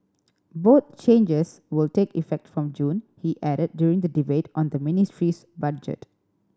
both changes will take effect from June he added during the debate on the ministry's budget